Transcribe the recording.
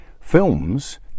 films